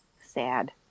sad